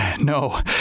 No